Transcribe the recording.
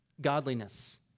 godliness